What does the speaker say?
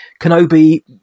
Kenobi